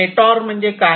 detour म्हणजे काय